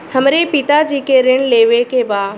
हमरे पिता जी के ऋण लेवे के बा?